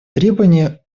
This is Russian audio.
требование